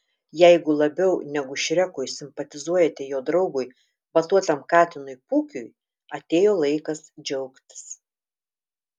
jeigu labiau negu šrekui simpatizuojate jo draugui batuotam katinui pūkiui atėjo laikas džiaugtis